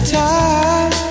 time